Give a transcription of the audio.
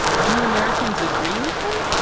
do americans agree with him?